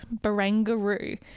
barangaroo